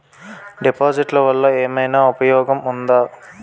డిపాజిట్లు వల్ల ఏమైనా ఉపయోగం ఉందా?